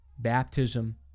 baptism